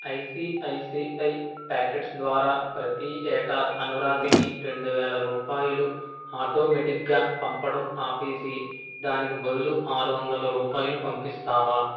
ICICI packets ద్వారా ప్రతి ఏటా అనురాధకి రెండు వేల రూపాయలు ఆటోమేటిక్గా పంపడం ఆపేసి దానికి బదులు ఆరు వందల రూపాయలు పంపిస్తావా